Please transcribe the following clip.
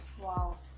wow